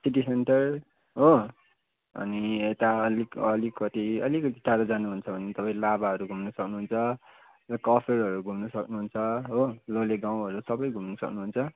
city centre हो अनि यता अलिक अलिकती अलिकती टाढो जानुहुन्छ भने तपाईँ लाभाहरू घुम्न सक्नुहुन्छ यता कफेरहरू घुम्न सक्नुहुन्छ हो लोले गाउँहरू सबै घुम्न सक्नुहुन्छ